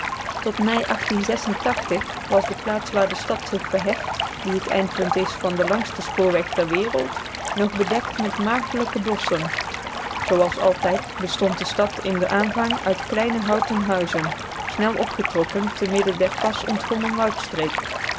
tot mei was de plaats waar de stad zich verheft die het eindpunt is van den langsten spoorweg ter wereld nog bedekt met maagdelijke bosschen zooals altijd bestond de stad in den aanvang uit kleine houten huizen snel opgetrokken te midden der pas ontgonnen